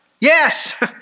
Yes